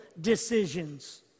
decisions